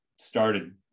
started